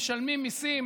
משלמים מיסים,